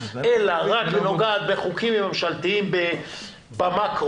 אלא רק נוגעת בחוקים ממשלתיים במאקרו,